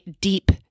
deep